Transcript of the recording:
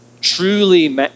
truly